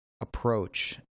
approach